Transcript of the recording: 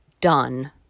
done